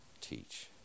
teach